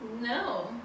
No